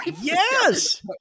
Yes